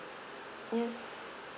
yes